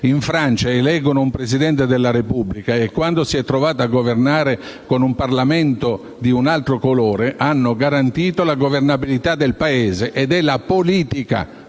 in Francia hanno eletto un Presidente della Repubblica e quando questo si è trovato a governare con un Parlamento di un altro colore, è stata garantita la governabilità del Paese. È la politica,